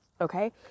okay